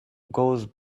goes